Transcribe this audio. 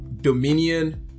Dominion